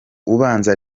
ubanza